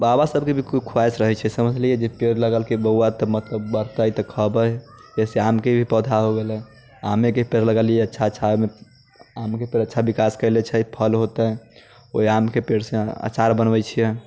बाबा सबके भी खूब ख्वाहिश रहै छै समझली जे पेड़ लगेलकै बौआ तऽ मतलब बढ़तै तऽ खेबै जैसे आमके भी पौधा हो गेलै आमेके पेड़ लगेलियै अच्छा अच्छा ओइमे आमके पेड़ अच्छा विकास केले छै फल होतै ओइ आमके पेड़सँ अचार बनऽबै छियै